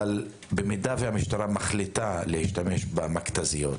אבל במידה שהמשטרה מחליטה כן להשתמש במכתזיות,